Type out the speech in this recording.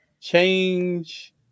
change